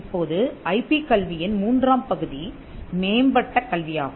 இப்போது ஐபி கல்வியின் மூன்றாம் பகுதி மேம்பட்ட கல்வியாகும்